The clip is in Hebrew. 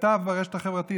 וכתב ברשת החברתית,